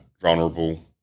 vulnerable